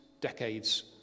decades